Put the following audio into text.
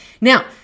Now